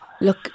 look